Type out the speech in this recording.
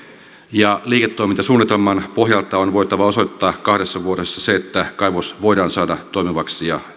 ja liiketoimintasuunnitelman pohjalta on voitava osoittaa kahdessa vuodessa se että kaivos voidaan saada toimivaksi ja